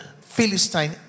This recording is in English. Philistine